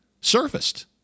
surfaced